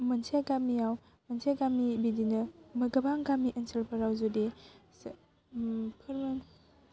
मोनसे गामियाव मोनसे गामि बिदिनो गोबां गामि ओनसोलफोराव जुदि